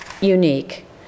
unique